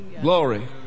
Glory